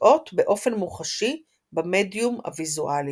המתבטאות באופן מוחשי במדיום הוויזואלי.